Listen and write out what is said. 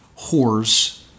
whores